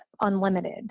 unlimited